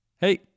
Hey